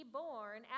born